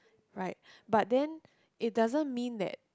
right but then it doesn't mean that